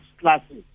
classes